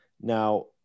Now